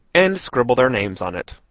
and scribble their names on it.